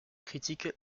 critique